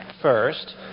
first